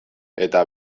eta